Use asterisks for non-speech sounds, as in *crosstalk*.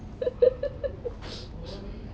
*laughs* *breath*